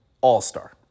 all-star